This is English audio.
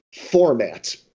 format